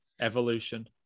evolution